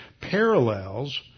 parallels